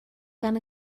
gan